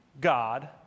God